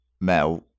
Mel